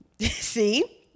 see